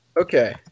Okay